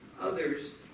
others